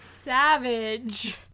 savage